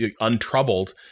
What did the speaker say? untroubled